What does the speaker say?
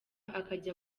akajya